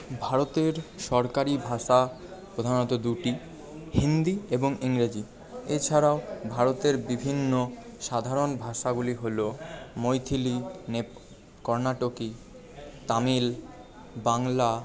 ভারতের সরকারি ভাষা প্রধানত দুটি হিন্দি এবং ইংরাজী এছাড়াও ভারতের বিভিন্ন সাধারণ ভাষাগুলি হল মৈথিলি নেপ কর্ণাটকি তামিল বাংলা